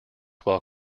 while